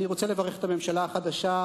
אני רוצה לברך את הממשלה החדשה,